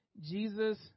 Jesus